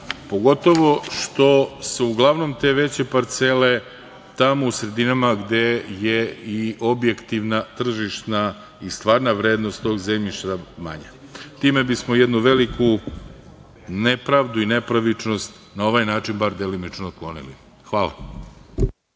pogotovo što je uglavnom za te veće parcele tamo u sredinama gde je i objektivna tržišna i stvarna vrednost tog zemljišta manja. Time bismo jednu veliku nepravdu i nepravičnost na ovaj način bar delimično otklonili. Hvala.